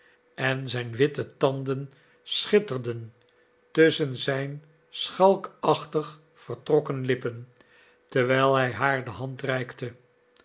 en zijn witte tanden schitterden tusschen zijn schalkachtig vertrokken lippen terwijl hij haar de hand reikte